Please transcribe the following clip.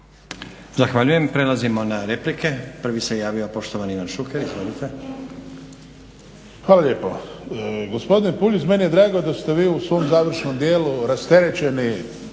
Zahvaljujem. Prelazimo na replike. Prvi se javio poštovani Ivan Šuker. Izvolite. **Šuker, Ivan (HDZ)** Hvala lijepo. Gospodine Puljiz, meni je drago da ste vi u svom završnom dijelu rasterećeni